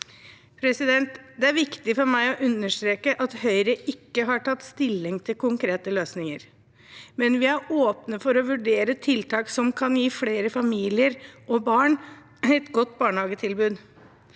permisjonstid Det er viktig for meg å understreke at Høyre ikke har tatt stilling til konkrete løsninger, men vi er åpne for å vurdere tiltak som kan gi flere familier og barn et godt barnehagetilbud.